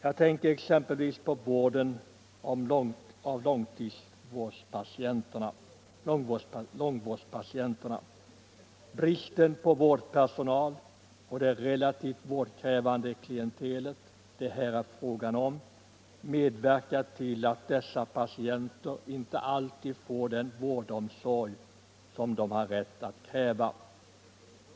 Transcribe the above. Vi kan som exempel ta långvårdspatienterna. Bristen på vårdpersonal och det relativt vårdkrävande klientelet medverkar till att dessa patienter inte alltid får den vårdomsorg som de har rätt att kräva.